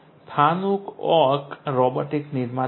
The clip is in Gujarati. ફાનુક એક રોબોટિક નિર્માતા છે